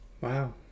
Wow